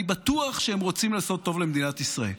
אני בטוח שהם רוצים לעשות טוב למדינת ישראל.